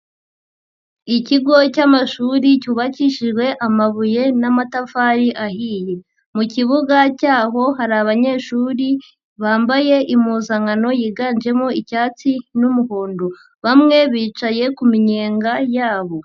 Ikigo cy'amashuri cyubakishijwe amabuye n'amatafari ahiye. Mu kibuga cyaho hari abanyeshuri bambaye impuzankano yiganjemo icyatsi n'umuhondo. Bamwe bicaye kuminyenga yabo.